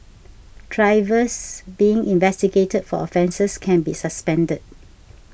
drivers being investigated for offences can be suspended